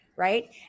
right